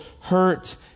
hurt